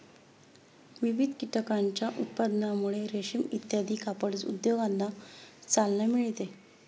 विविध कीटकांच्या उत्पादनामुळे रेशीम इत्यादी कापड उद्योगांना चालना मिळते